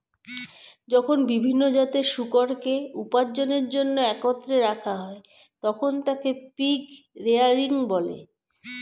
যখন বিভিন্ন জাতের শূকরকে উপার্জনের জন্য একত্রে রাখা হয়, তখন তাকে পিগ রেয়ারিং বলে